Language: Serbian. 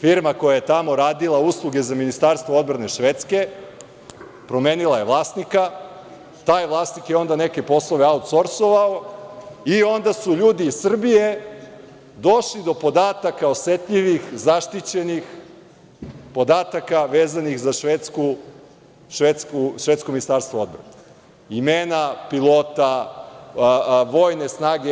Firma koja je tamo radila usluge za Ministarstvo odbrane Švedske, promenila je vlasnika, taj vlasnik je onda neke poslove autsorsovao, i onda su ljudi iz Srbije došli do podataka, osetljivih, zaštićenih podataka vezanih za Švedsko ministarstvo odbrane, imena pilota, vojne snage.